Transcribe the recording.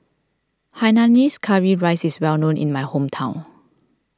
Hainanese Curry Rice is well known in my hometown